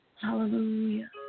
Hallelujah